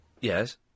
Yes